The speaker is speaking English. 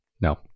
no